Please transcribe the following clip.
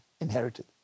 inherited